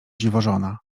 dziwożona